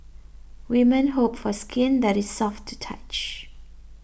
women hope for skin that is soft to touch